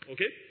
Okay